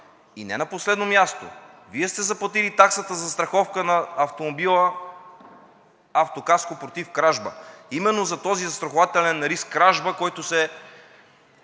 И не на последно място, Вие сте заплатили таксата застраховка на автомобила – автокаско против кражба. Именно за този застрахователен риск – кражба, който се